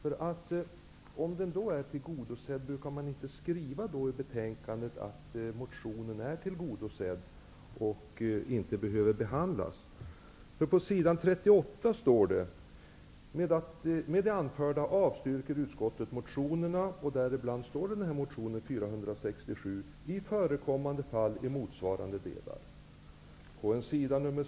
Om motionen är tillgodosedd, brukar man väl skriva i betänkandet att motionen är tillgodosedd och därför inte behöver behandlas.